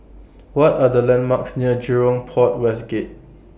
What Are The landmarks near Jurong Port West Gate